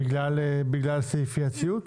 בגלל סעיף אי-הציות?